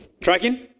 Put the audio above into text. Tracking